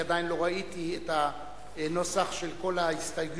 כי עדיין לא ראיתי את הנוסח של כל ההסתייגויות,